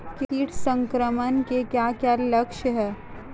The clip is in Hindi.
कीट संक्रमण के क्या क्या लक्षण हैं?